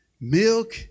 Milk